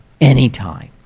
anytime